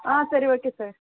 ஆ சரி okay sir